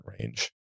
range